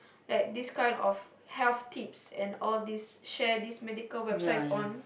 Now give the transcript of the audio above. like this kind of health tips and all these share these medical websites on